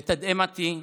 לתדהמתי,